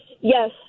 Yes